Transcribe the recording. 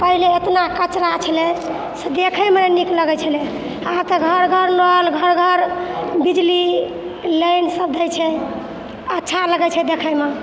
पहिने इतना कचड़ा छलै से देखयमे नीक नहि लगै छलै आब तऽ घर घर नल घर घर बिजली लाइनसभ दै छै अच्छा लगै छै देखयमे